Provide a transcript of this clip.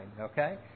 okay